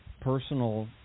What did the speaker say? personal